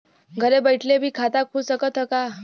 घरे बइठले भी खाता खुल सकत ह का?